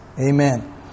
Amen